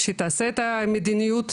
שתעשה את המדיניות,